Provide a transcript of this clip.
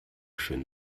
schön